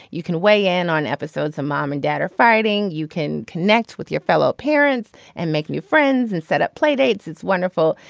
you can weigh in on episodes of mom and dad are fighting. fighting. you can connect with your fellow parents and make new friends and set up play dates. it's wonderful.